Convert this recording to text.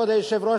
כבוד היושב-ראש,